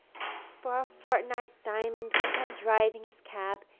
for a fortnight diamond went on driving his cab,